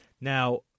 Now